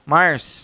Mars